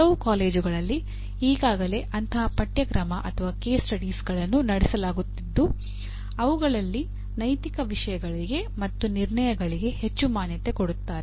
ಕೆಲವು ಕಾಲೇಜುಗಳಲ್ಲಿ ಈಗಾಗಲೇ ಅಂತಹ ಪಠ್ಯಕ್ರಮ ಅಥವಾ ಕೇಸ್ ಸ್ಟಡಿಗಳನ್ನು ನಡೆಸಲಾಗುತ್ತಿದ್ದು ಅವುಗಳಲ್ಲಿ ನೈತಿಕ ವಿಷಯಗಳಿಗೆ ಮತ್ತು ನಿರ್ಣಯಗಳಿಗೆ ಹೆಚ್ಚು ಮಾನ್ಯತೆ ಕೊಡುತ್ತಾರೆ